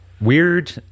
Weird